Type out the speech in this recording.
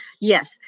Yes